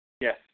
Yes